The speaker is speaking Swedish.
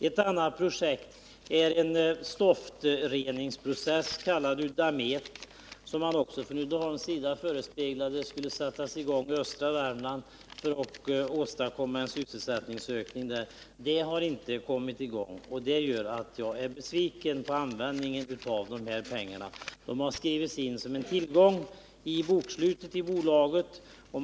Ett annat projekt är en stoftreningsprocess kallad Uddamet, som Uddeholm förespeglat skulle sättas i gång i östra Värmland och åstadkomma en sysselsättningsökning där. Inte heller detta projekt har kommit i gång, vilket gör att jag är besviken på användningen av dessa pengar. De har skrivits in såsom en tillgång i bolagets bokslut.